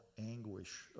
anguish